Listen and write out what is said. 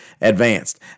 advanced